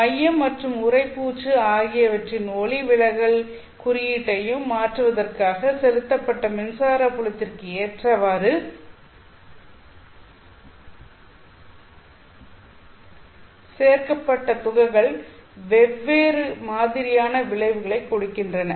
மையம் மற்றும் உறைப்பூச்சு ஆகியவற்றின் ஒளிவிலகல் குறியீட்டையும் மாற்றுவதற்காக செலுத்தப்பட்ட மின்சார பலத்திற்கு ஏற்றவாறு சேர்க்கப்பட்ட துகள்கள் வெவ்வேறு மாதிரியான விளைவுகளை கொடுக்கின்றன